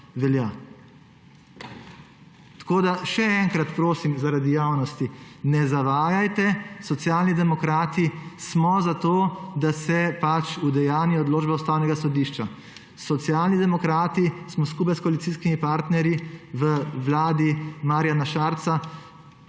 velja. Tako da še enkrat prosim zaradi javnosti, ne zavajajte, Socialni demokrati smo za to, da se udejanji odločba Ustavnega sodišča. Socialni demokrati smo skupaj s koalicijskimi partnerji v vladi Marjana Šarca